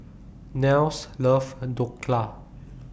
Nels Love and Dhokla